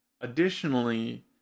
Additionally